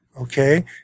okay